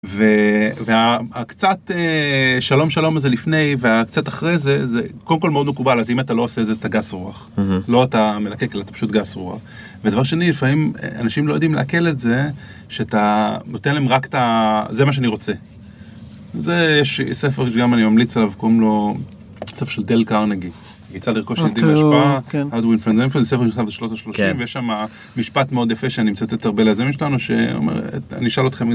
הקצת שלום שלום הזה לפני והקצת אחרי זה זה קודם כל מאוד מקובל אז אם אתה לא עושה את זה אתה גס רוח לא אתה מלקק אלא פשוט גס רוח. ודבר שני לפעמים אנשים לא יודעים לעכל את זה שאתה נותן להם רק את זה מה שאני רוצה. זה יש ספר שגם אני ממליץ עליו קוראים לו ספר של דל קארנגי יצא דרכו של דין השפעה ... שנות השלושים ויש שם משפט מאוד יפה שאני מצטט הרבה לזה מאיתנו שאומר אני אשאל אותכם.